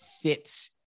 fits